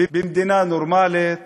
במדינה נורמלית